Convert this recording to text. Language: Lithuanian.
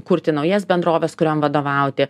kurti naujas bendroves kuriom vadovauti